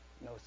no